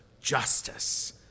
justice